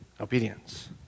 Obedience